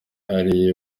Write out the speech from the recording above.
ariyo